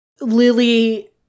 Lily